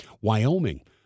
Wyoming